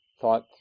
thought